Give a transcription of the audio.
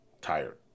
Tired